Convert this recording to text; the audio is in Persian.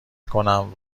کنم